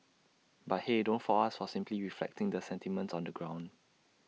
but hey don't fault us for simply reflecting the sentiments on the ground